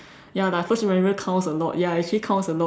ya my first impression counts a lot ya actually counts a lot